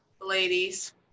ladies